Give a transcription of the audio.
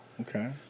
Okay